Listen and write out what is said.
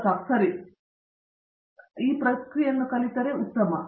ಪ್ರತಾಪ್ ಹರಿಡೋಸ್ ಈ ಪ್ರಕ್ರಿಯೆಯನ್ನು ಕಲಿತರು ಸರಿ ಉತ್ತಮ